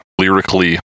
lyrically